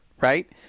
right